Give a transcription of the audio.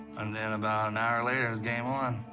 and then about an hour, later it was game on.